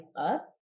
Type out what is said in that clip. up